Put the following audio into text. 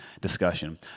discussion